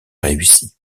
réussi